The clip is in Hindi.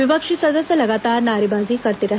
विपक्षी सदस्य लगातार नारेबाजी करते रहे